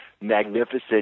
magnificent